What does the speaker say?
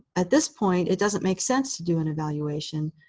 at this point, it doesn't make sense to do an evaluation.